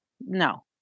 No